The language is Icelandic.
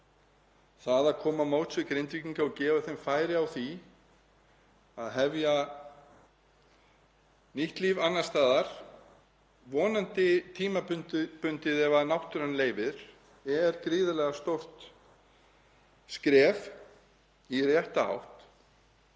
Það að koma til móts við Grindvíkinga og gefa þeim færi á því að hefja nýtt líf annars staðar, vonandi tímabundið ef náttúran leyfir, er gríðarlega stórt skref í rétta átt.